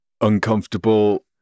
uncomfortable